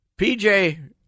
PJ